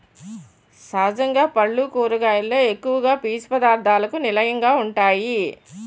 సహజంగా పల్లు కూరగాయలలో ఎక్కువ పీసు పధార్ధాలకు నిలయంగా వుంటాయి